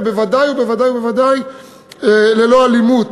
ובוודאי ובוודאי ובוודאי ללא אלימות.